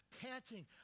panting